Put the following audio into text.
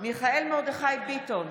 מיכאל מרדכי ביטון,